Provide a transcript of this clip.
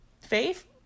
Faith